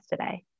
today